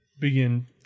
begin